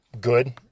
good